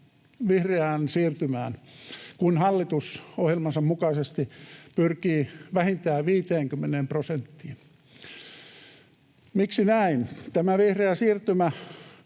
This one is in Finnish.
vihreään siirtymään, kun hallitus ohjelmansa mukaisesti pyrkii vähintään 50 prosenttiin. Miksi näin? Tämä vihreä siirtymä